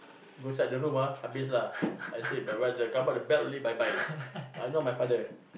go inside the room ah some beings lah I say bye bye the come out the belt only bye bye